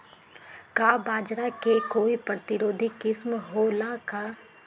का बाजरा के कोई प्रतिरोधी किस्म हो ला का?